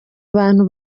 bantu